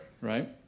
right